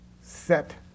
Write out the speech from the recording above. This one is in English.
set